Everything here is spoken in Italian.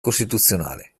costituzionale